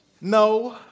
No